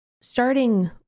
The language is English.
starting